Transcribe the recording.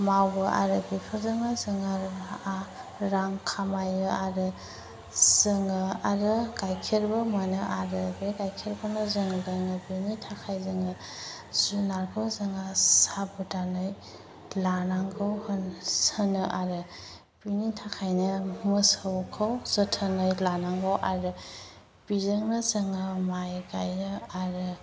मावो आरो बेफोरजोंनो जोङो रां खामायो आरो जोङो आरो गाइखेरबो मोनो आरो बे गाइखेरखौनो जों लोङो बेनि थाखाय जोङो जुनारखौ जोंहा साबधानै लानांगौ होनो आरो बेनि थाखायनो मोसौखौ जोथोनै लानांगौ आरो बेजोंनो जोंहा माइ गायो आरो